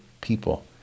people